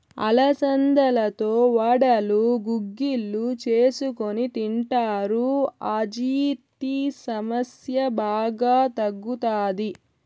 అలసందలతో వడలు, గుగ్గిళ్ళు చేసుకొని తింటారు, అజీర్తి సమస్య బాగా తగ్గుతాది